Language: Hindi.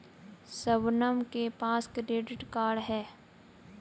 शबनम के पास क्रेडिट कार्ड है